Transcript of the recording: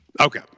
Okay